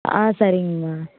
ஆ சரிங்கம்மா